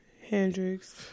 Hendrix